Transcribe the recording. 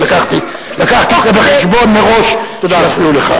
הבאתי בחשבון מראש שיפריעו לך.